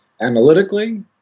analytically